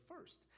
first